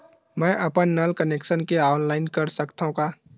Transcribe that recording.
मैं अपन नल कनेक्शन के ऑनलाइन कर सकथव का?